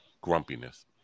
grumpiness